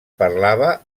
parlava